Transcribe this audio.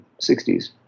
60s